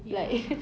ya